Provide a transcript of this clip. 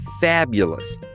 fabulous